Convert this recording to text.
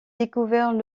découvert